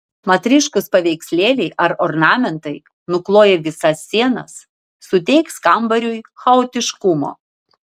mat ryškūs paveikslėliai ar ornamentai nukloję visas sienas suteiks kambariui chaotiškumo